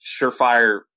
surefire